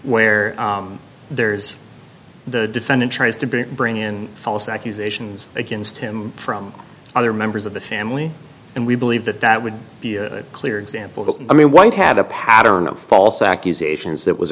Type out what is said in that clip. where there's the defendant tries to bring bring in false accusations against him from other members of the family and we believe that that would be a clear example i mean one had a pattern of false accusations that was